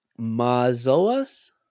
Mazoas